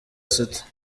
sita